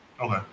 okay